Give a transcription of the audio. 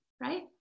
right